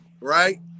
Right